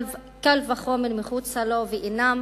קל וחומר מחוצה לו, ואינם